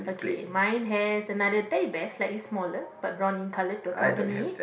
okay mine has another Teddy Bear slightly smaller but brown in colour to accompany